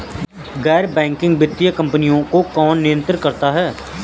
गैर बैंकिंग वित्तीय कंपनियों को कौन नियंत्रित करता है?